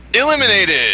Eliminated